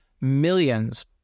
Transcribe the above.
millions